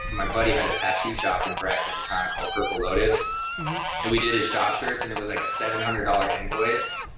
my buddy had a tattoo shop in breck at the time called purple lotus and we did his shop shirts and it was like a seven hundred dollars invoice,